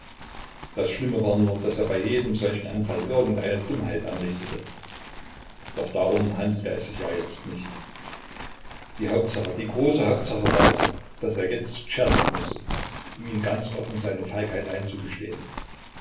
das schlimme war nur daß er bei jedem solchen anfall irgend eine dummheit anrichtete doch darum handelte es sich ja jetzt nicht die hauptsache die große hauptsache war es daß er jetzt zu czerski mußte um ihm ganz offen seine feigheit einzugestehen